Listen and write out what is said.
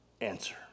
answer